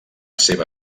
seva